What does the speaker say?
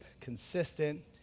consistent